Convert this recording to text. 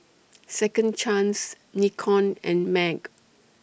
Second Chance Nikon and MAG